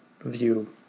view